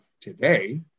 today